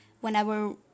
whenever